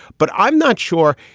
but i'm not sure.